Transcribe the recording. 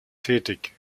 tätig